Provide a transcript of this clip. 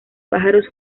pájaros